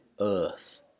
earth